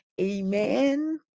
Amen